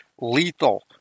lethal